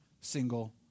single